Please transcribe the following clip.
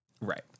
Right